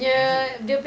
is it